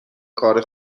کار